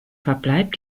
verbleib